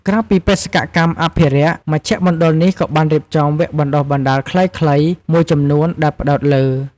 ក្រៅពីបេសកកម្មអភិរក្ស មជ្ឈមណ្ឌលនេះក៏បានរៀបចំ វគ្គបណ្ដុះបណ្ដាលខ្លីៗ មួយចំនួនដែលផ្ដោតលើ។